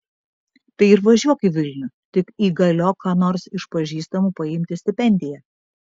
tai ir važiuok į vilnių tik įgaliok ką nors iš pažįstamų paimti stipendiją